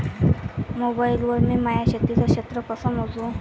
Mobile वर मी माया शेतीचं क्षेत्र कस मोजू?